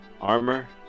Armor